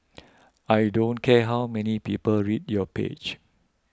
I don't care how many people read your page